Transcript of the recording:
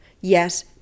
Yes